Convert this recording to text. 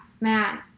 man